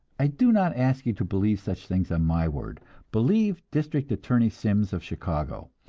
i do not ask you to believe such things on my word believe district attorney sims of chicago,